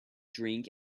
drink